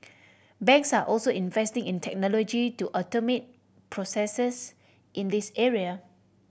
banks are also investing in technology to automate processes in this area